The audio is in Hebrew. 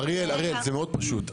אריאל, זה מאוד פשוט.